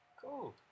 cool